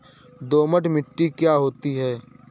दोमट मिट्टी क्या होती हैं?